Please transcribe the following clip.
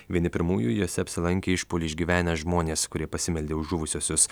vieni pirmųjų juose apsilankė išpuolį išgyvenę žmonės kurie pasimeldė už žuvusiuosius